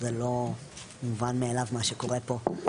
זה לא מובן מאליו מה שקורה פה.